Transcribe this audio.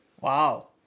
Wow